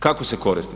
Kako se koristi?